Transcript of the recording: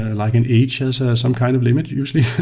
like and age as ah some kind of limit, usually.